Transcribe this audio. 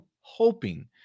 hoping